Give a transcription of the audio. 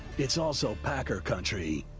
it's also packer country.